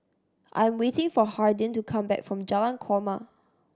I am waiting for Hardin to come back from Jalan Korma